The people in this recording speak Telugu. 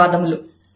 ధన్యవాదములు